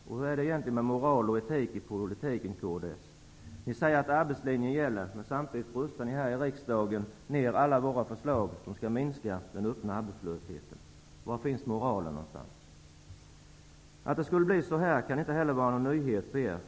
Hur är det med moral och etik i politiken, kds? Ni säger att arbetslinjen gäller, men samtidigt röstar ni här i riksdagen ner alla våra förslag som skulle minska den öppna arbetslösheten. Var finns moralen? Att det skulle bli så här kan inte heller vara någon nyhet för er.